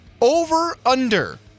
over-under